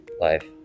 life